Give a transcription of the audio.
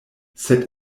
sed